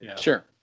Sure